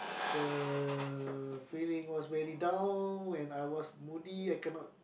the feeling was very down when I was moody I cannot